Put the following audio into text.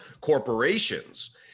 corporations